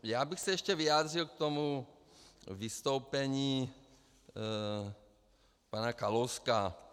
Já bych se ještě vyjádřil k tomu vystoupení pana Kalouska.